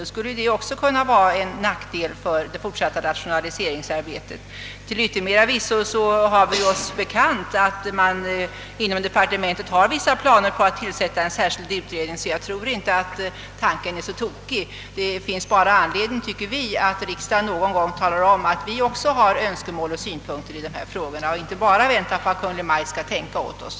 Då skulle detta också kunna vara till nackdel för det fortsatta rationaliseringsarbetet. Till yttermera visso har vi oss bekant att man inom departementet har vissa planer på att tillsätta en särskild utredning, så jag tror inte att tanken är så tokig. Det finns bara anledning, tycker vi, för riksdagen att någon gång tala om att vi också har önskemål och synpunkter i dessa frå gor och inte bara väntar på att Kungl. Maj:t skall tänka åt oss.